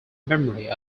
memory